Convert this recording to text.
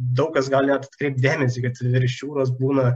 daug kas gali atkreipt dėmesį kad virš jūros būna